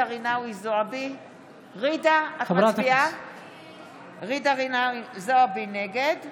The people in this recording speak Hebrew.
אתם פוגעים בכל הקדוש